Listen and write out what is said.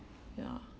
ya